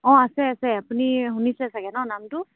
অঁ আছে আছে আপুনি শুনিছে চাগে ন নামটো